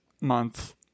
month